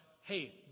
hey